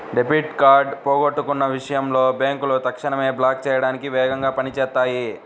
debit card పోగొట్టుకున్న విషయంలో బ్యేంకులు తక్షణమే బ్లాక్ చేయడానికి వేగంగా పని చేత్తాయి